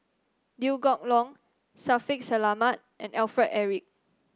Liew Geok Leong Shaffiq Selamat and Alfred Eric